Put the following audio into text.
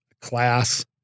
class